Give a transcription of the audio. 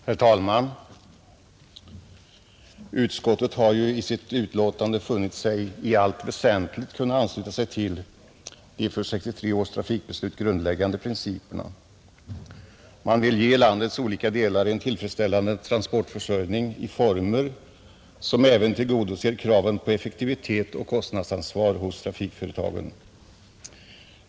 Herr talman! I sitt betänkande har trafikutskottet i allt väsentligt kunnat ansluta sig till de för 1963 års trafikbeslut grundläggande principerna. Man vill ge landets olika delar en tillfredsställande transportförsörjning i former som även tillgodoser kraven på effektivitet och 37 kostnadsansvar hos trafikföretagen.